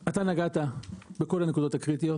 אתה נגעת בכל הנקודות הקריטיות